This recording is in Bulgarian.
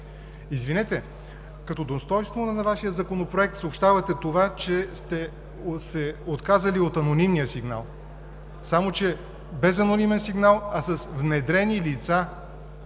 Извинете, като достойнство на Вашия Законопроект съобщавате това, че сте се отказали от анонимния сигнал. Само че без анонимен сигнал, а с внедрени лица,